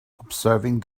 observing